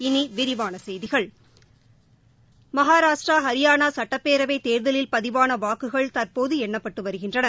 இனி விரிவான செய்திகள் மகாராஷ்டிரா ஹரியானா சட்டப்பேரவைத் தேர்தலில் பதிவான வாக்குகள் தற்போது எண்ணப்பட்டு வருகின்றன